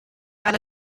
einer